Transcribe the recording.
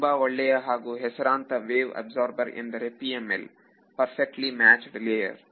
ತುಂಬಾ ಒಳ್ಳೆಯ ಹಾಗೂ ಹೆಸರಾಂತ ವೇವ್ಅಬ್ಸರ್ಬರ್ ಎಂದರೆ PML ಪರ್ಫೆಕ್ಲಿ ಮ್ಯಾಚ್ಡ್ ಲೇಯರ್